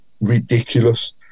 ridiculous